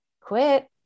quit